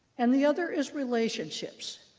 and the other is relationships,